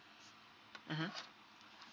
mmhmm